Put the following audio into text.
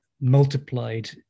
multiplied